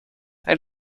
they